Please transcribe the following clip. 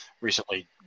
recently